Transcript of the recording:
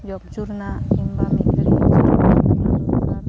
ᱡᱚᱢ ᱦᱚᱪᱚ ᱨᱮᱱᱟᱜ ᱠᱤᱢᱵᱟ